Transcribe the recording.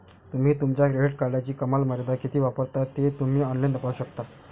तुम्ही तुमच्या क्रेडिट कार्डची कमाल मर्यादा किती वापरता ते तुम्ही ऑनलाइन तपासू शकता